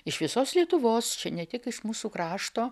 iš visos lietuvos čia ne tik iš mūsų krašto